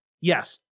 Yes